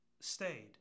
stayed